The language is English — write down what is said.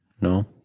No